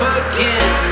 again